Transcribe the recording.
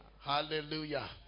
Hallelujah